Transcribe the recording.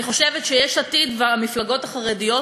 אני חושבת שיש עתיד והמפלגות החרדיות